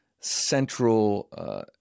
central